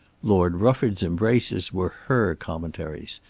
lord rufford's embraces were her commentaries,